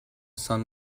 sun